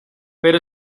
pero